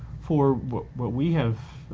for what what we have